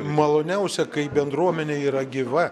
maloniausia kai bendruomenė yra gyva